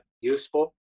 useful